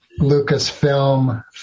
Lucasfilm